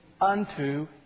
unto